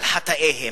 על חטאיהם.